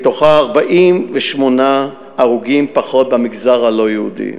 מהם 48 הרוגים פחות במגזר הלא-יהודי.